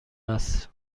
است